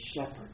shepherd